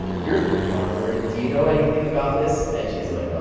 you're from harvard. do you know anything about this? and she's like,